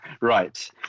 Right